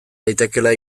daitekeela